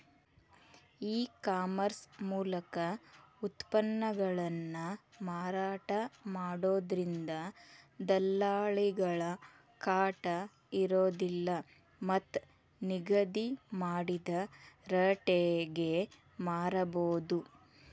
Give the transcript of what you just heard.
e commerce ಮೂಲಕ ಉತ್ಪನ್ನಗಳನ್ನ ಮಾರಾಟ ಮಾಡೋದ್ರಿಂದ ದಲ್ಲಾಳಿಗಳ ಕಾಟ ಇರೋದಿಲ್ಲ ಮತ್ತ್ ನಿಗದಿ ಮಾಡಿದ ರಟೇಗೆ ಮಾರಬೋದು